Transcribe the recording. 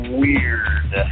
weird